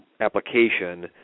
application